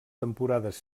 temporades